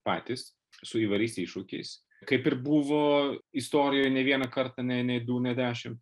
patys su įvairiais iššūkiais kaip ir buvo istorijoj ne vieną kartą ne du ne dešimt